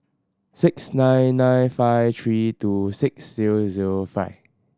six nine nine five three two six zero zero five